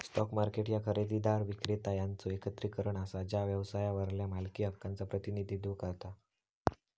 stock market ह्या खरेदीदार, विक्रेता यांचो एकत्रीकरण असा जा व्यवसायावरल्या मालकी हक्कांचा प्रतिनिधित्व करता